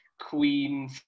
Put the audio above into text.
queen